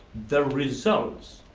the results,